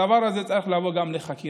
גם הדבר הזה צריך לבוא לחקירה.